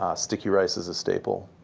ah sticky rice is a staple.